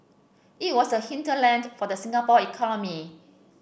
it was the hinterland for the Singapore economy